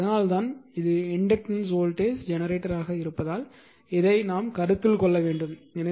எனவே அதனால்தான் இது இண்டக்டன்ஸ் வோல்டேஜ் ஜெனரேட்டராக இருப்பதால் இதை கருத்தில் கொள்ள வேண்டும்